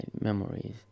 memories